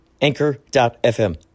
Anchor.fm